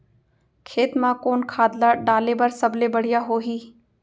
खेत म कोन खाद ला डाले बर सबले बढ़िया होही?